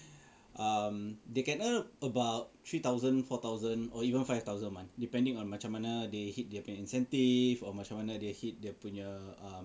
um they can earn about three thousand four thousand or even five thousand a month depending on macam mana they hit dia punya incentive or macam mana they hit dia punya